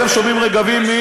אתם שומעים "רגבים",